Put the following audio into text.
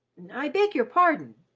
i beg your pardon,